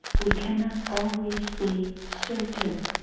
we cannot always be certain